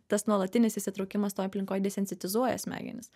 tas nuolatinis įsitraukimas toj aplinkoj desensatizuoja tuos smegenis